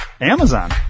Amazon